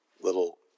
little